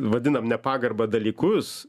vadinam nepagarba dalykus